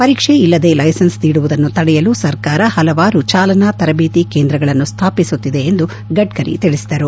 ಪರೀಕ್ಷೆ ಇಲ್ಲದೆ ಲ್ಲೆಸನ್ಸ್ ನೀಡುವುದನ್ನು ತಡೆಯಲು ಸರ್ಕಾರ ಹಲವಾರು ಚಾಲನಾ ತರಬೇತಿ ಕೇಂದ್ರಗಳನ್ನು ಸ್ಟಾಪಿಸುತ್ತಿದೆ ಎಂದು ಗಡ್ಡರಿ ತಿಳಿಸಿದರು